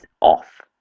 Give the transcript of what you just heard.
off